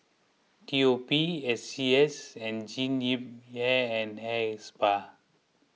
T O P S C S and Jean Yip Hair and Hair Spa